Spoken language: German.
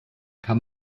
kann